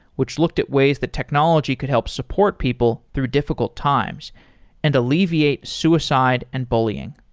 which looked at ways that technology could help support people through difficult times and alleviate suicide and bullying.